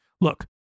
Look